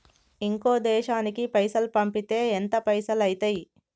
ఇంకో దేశానికి పైసల్ పంపితే ఎంత పైసలు అయితయి?